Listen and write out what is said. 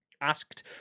Asked